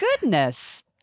goodness